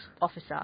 officer